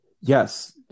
yes